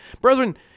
Brethren